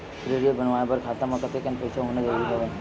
Credit बनवाय बर खाता म कतेकन पईसा होना जरूरी हवय?